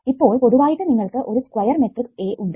ഇപ്പോൾ പൊതുവായിട്ട് നിങ്ങൾക്ക് ഒരു സ്ക്വയർ മെട്രിക്സ് A ഉണ്ട്